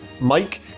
Mike